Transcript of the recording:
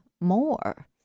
more